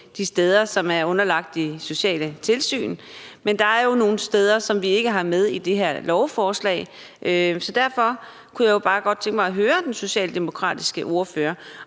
de steder, som er underlagt de sociale tilsyn, men der er jo nogle steder, som vi ikke har med i det her lovforslag. Så derfor kunne jeg bare godt tænke mig at høre den socialdemokratiske ordfører,